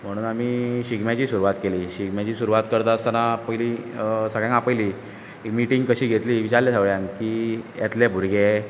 म्हणून आमी शिगम्याची सुरवात केली शिगम्याची सुरवात करता आसतना पयलीं सगळ्यांक आपयली मिटींग कशी घेतली विचारलें सगळ्यांक की येतले भुरगें